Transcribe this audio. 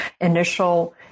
initial